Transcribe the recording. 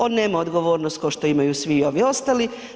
On nema odgovornost kao što imaju svi ovi ostali.